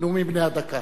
לנאומים בני דקה?